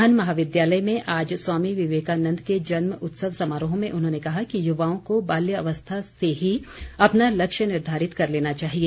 नाहन महाविद्यालय में आज स्वामी विवेकानंद के जन्म उत्सव समारोह में उन्होंने कहा कि युवाओं को बाल्य अवस्था में ही अपना लक्ष्य निर्धारित कर लेना चाहिए